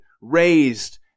raised